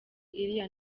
iriya